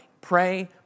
Pray